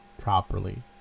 properly